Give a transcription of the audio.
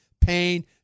pain